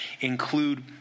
include